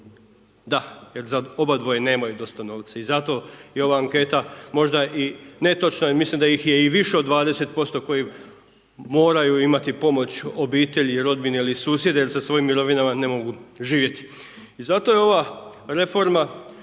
da, jer za obadvoje nemaju dosta novca i zato je ova anketa možda i netočna i mislim da ih je i više od 20% koji moraju imati pomoć obitelji i rodbine ili susjeda jer sa svojim mirovinama ne mogu živjeti. I zato je ova reforma,